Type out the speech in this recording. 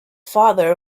father